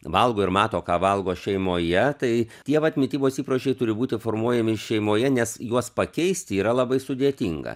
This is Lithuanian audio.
valgo ir mato ką valgo šeimoje tai tie vat mitybos įpročiai turi būti formuojami šeimoje nes juos pakeisti yra labai sudėtinga